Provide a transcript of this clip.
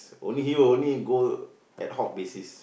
only you only go ad hoc basis